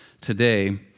today